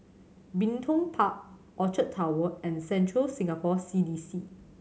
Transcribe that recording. Bin Tong Park Orchard Towers and Central Singapore C D C